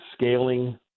scaling